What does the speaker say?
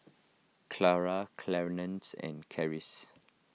Charla Clarnce and Karis